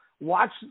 Watch